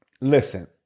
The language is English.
Listen